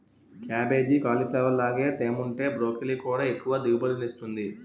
cabbage, cauliflower లాగే తేముంటే broccoli కూడా ఎక్కువ దిగుబడినిస్తుంది